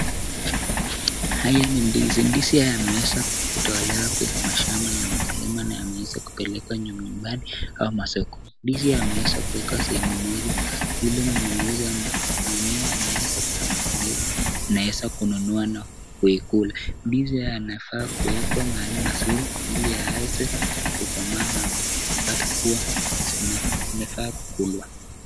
Haya ni ndizi, ndizi haya yameweza kutolewa kwenye mashamba ya mkulima na yameweza kupelekwa nyumbani au masokoni, ndizi yameweza kuwekwa sehemu moja ili mnunuzi mwenye anaweza kuwa anapendezwa anaweza kununua na kuikula, ndizi haya yanafaa kuwekwa mahali pazuri ili yaweze kukomaa na kupata kuwa zinafaa kukulwa.